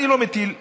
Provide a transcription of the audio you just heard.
אני לא מטיל ספק.